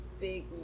big